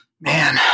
man